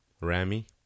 Rami